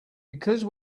because